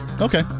Okay